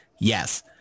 Yes